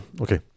Okay